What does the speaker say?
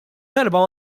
darba